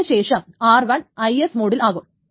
അതിനുശേഷം r1 IS മോഡിൽ ആകും